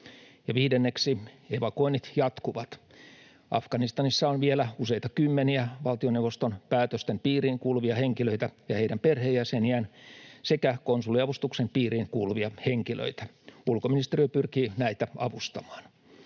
Viidenneksi evakuoinnit jatkuvat. Afganistanissa on vielä useita kymmeniä valtioneuvoston päätösten piiriin kuuluvia henkilöitä ja heidän perheenjäseniään sekä konsuliavustuksen piiriin kuuluvia henkilöitä. Ulkoministeriö pyrkii näitä avustamaan.